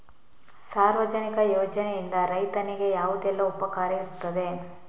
ಸಾರ್ವಜನಿಕ ಯೋಜನೆಯಿಂದ ರೈತನಿಗೆ ಯಾವುದೆಲ್ಲ ಉಪಕಾರ ಇರ್ತದೆ?